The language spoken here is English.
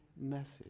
message